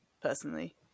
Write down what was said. personally